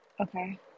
Okay